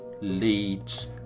leads